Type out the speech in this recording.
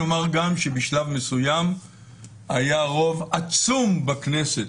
אומר גם שבשלב מסוים היה רוב עצום בכנסת,